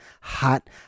hot